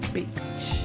Beach